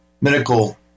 medical